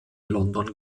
london